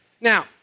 Now